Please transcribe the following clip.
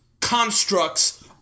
constructs